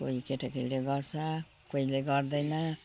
कोही केटाकेटीले गर्छ कोहीले गर्दैन